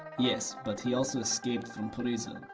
yes, but he also escaped from prison.